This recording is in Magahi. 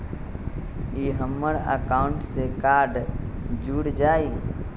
ई हमर अकाउंट से कार्ड जुर जाई?